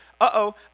uh-oh